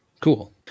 Cool